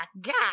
god